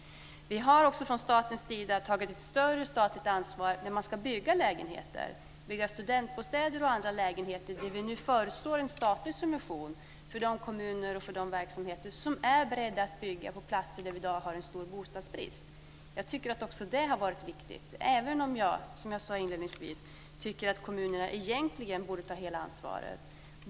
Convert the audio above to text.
Vi har också från statens sida tagit ett större ansvar när man ska bygga studentbostäder och andra lägenheter. Här föreslår vi nu en statlig subvention för de kommuner och verksamheter som är beredda att bygga på platser där vi i dag har en stor bostadsbrist. Jag tycker att också det har varit viktigt - även om jag, som jag sade inledningsvis, tycker att kommunerna egentligen borde ta hela ansvaret.